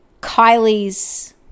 Kylie's